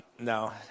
No